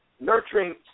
Nurturing